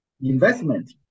investment